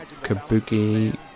Kabuki